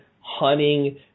hunting